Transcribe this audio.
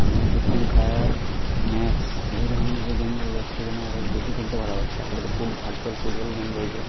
এমনকি free fire max এই ধরনের যে গেমগুলো আছে ওরা বেশি খেলতে ভালোবাসে তার পরে তো ফুট ভার্চুয়াল ফুটবল গেম রয়েছে